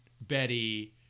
Betty